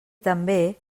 també